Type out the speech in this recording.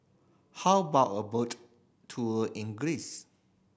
how about a boat tour in Greece